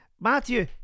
Matthew